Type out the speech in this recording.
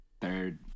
third